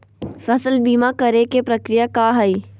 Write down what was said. फसल बीमा करे के प्रक्रिया का हई?